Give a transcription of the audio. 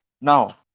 now